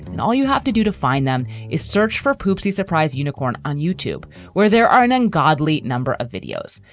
and all you have to do to find them is search for poopsie surprise unicorn on youtube where there are an ungodly number of videos.